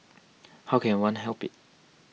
how can one help it